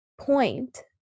point